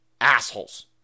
assholes